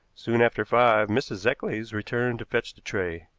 soon after five mrs. eccles returned to fetch the tray.